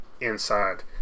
inside